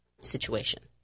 situation